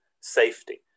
safety